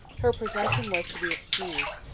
her presumption was to be excused.